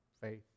faith